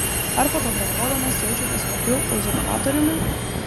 ar fotografuodamas jaučiatės tokiu uzurpatoriumi